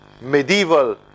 medieval